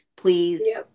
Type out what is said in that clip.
please